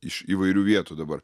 iš įvairių vietų dabar